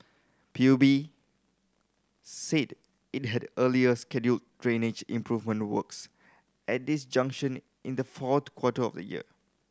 P U B said it had earlier scheduled drainage improvement works at this junction in the fourth quarter of the year